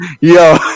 Yo